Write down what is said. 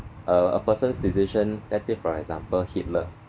uh a person's decision let's say for example hitler